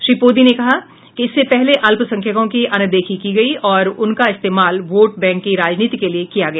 श्री मोदी ने कहा कि इससे पहले अल्पसंख्यकों की अनदेखी की गई और उनका इस्तेमाल वोट बैंक की राजनीति के लिए किया गया